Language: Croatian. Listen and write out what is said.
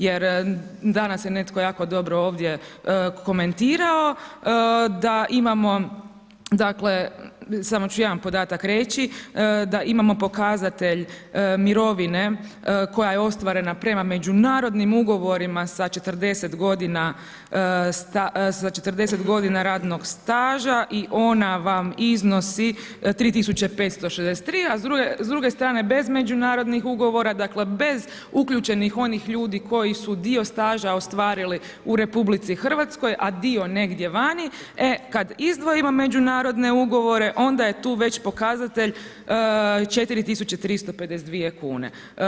Jer danas je netko jako dobro ovdje komentirao da imamo dakle, samo ću jedan podatak reći, da imamo pokazatelj mirovine koje je ostvarena prema međunarodnim ugovorima sa 40 godina radnog staža i ona vam iznosi 3563, a s druge strane bez međunarodnih ugovora dakle, bez uključenih onih ljudi koji su dio staža ostvarili u RH, a dio negdje vani, e kad izdvojimo međunarodne ugovore, onda je tu već pokazatelj 4352 kune.